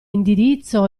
indirizzo